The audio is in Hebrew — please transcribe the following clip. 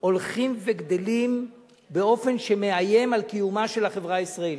הולכים וגדלים באופן שמאיים על קיומה של החברה הישראלית.